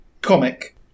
comic